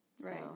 Right